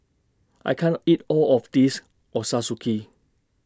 I can't eat All of This Ochazuke